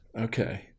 Okay